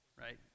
right